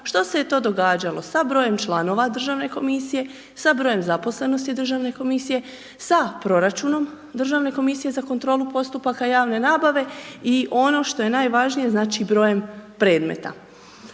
što se je to događalo, sa brojem članova državne komisije, sa broj zaposlenosti u državnoj komisiji, sa proračunom Državne komisije za kontrolu postupaka javne nabave i ono što je najvažnije znači brojem predmeta.